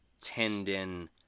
tendon